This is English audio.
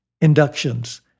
inductions